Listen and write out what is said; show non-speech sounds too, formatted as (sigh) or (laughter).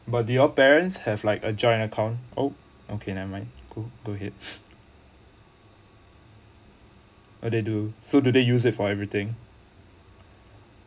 but did your parents have like a joint account oh okay never mind cool go ahead (noise) are they do so do they use it for everything